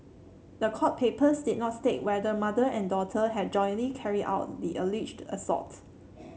the court papers did not state whether mother and daughter had jointly carried out the alleged assault